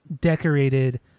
decorated